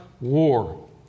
war